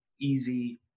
easy